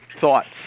Thoughts